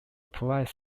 provides